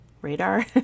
radar